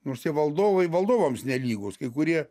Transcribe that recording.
nors tie valdovai valdovams nelygūs kai kurie